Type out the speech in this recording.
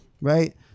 right